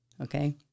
okay